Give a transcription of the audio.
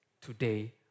today